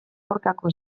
aurkako